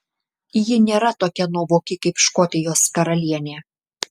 ji nėra tokia nuovoki kaip škotijos karalienė